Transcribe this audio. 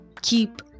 keep